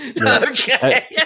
Okay